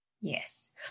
Yes